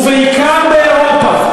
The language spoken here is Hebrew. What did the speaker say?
ובעיקר באירופה.